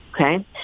okay